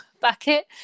bucket